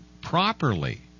properly